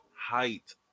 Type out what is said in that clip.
height